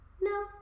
no